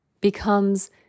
becomes